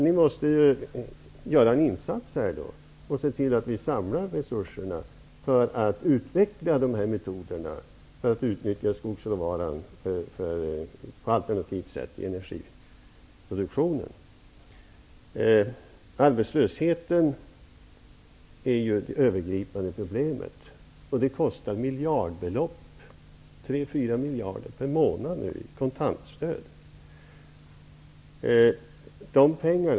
Ni måste göra en insats och se till att vi samlar resurser för att utveckla metoderna att utnyttja skogsråvaran på ett alternativt sätt i energiproduktionen. Arbetslösheten är ju det övergripande problemet. Det kostar miljardbelopp; tre, fyra miljarder per månad i kontantstöd.